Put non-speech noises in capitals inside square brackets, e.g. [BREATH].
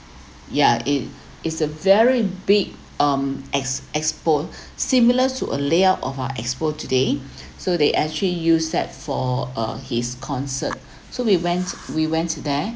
yeah it [BREATH] is a very big um ex~ EXPO [BREATH] similar to a layout of our EXPO today [BREATH] so they actually use that for uh his concern [BREATH] so we went we went there